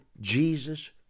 Jesus